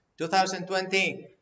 2020